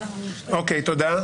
תודה.